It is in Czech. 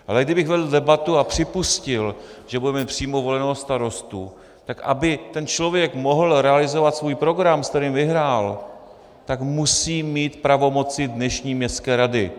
Ale kdybych vedl debatu a připustil, že budeme mít přímo voleného starostu, tak aby ten člověk mohl realizovat svůj program, se kterým vyhrál, tak musí mít pravomoci dnešní městské rady.